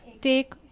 Take